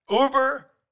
Uber